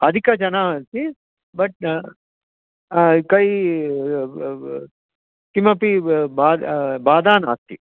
अधिकाः जनाः अस्ति बट् कै किमपि बा बाधा नास्ति